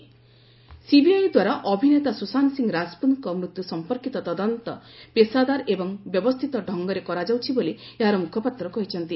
CBI Sushant Singh CBI ଦ୍ୱାରା ଅଭିନେତା ସୁଶାନ୍ତ ସିଂହ ରାଜପୁତଙ୍କ ମୃତ୍ୟୁ ସମ୍ପର୍କିତ ତଦନ୍ତ ପେଶାଦାର ଏବଂ ବ୍ୟବସ୍ଥିତ ଢ଼ଙ୍ଗରେ କରାଯାଉଛି ବୋଲି ଏହାର ମୁଖପାତ୍ର କହିଛନ୍ତି